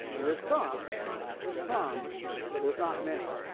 i mean there's some there's some but there's not many.